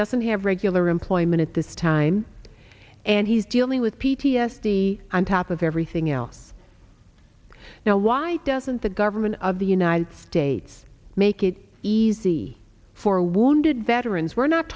doesn't have regular employment at this time and he's dealing with p t s d on top of everything else now why doesn't the government of the united states make it easy for wounded veterans we're not